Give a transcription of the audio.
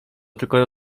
tylko